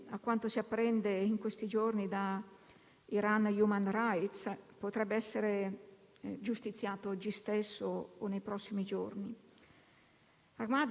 Ahmad è un medico che si occupa di medicina dei disastri, è cittadino svedese e cittadino europeo, oltre che iraniano,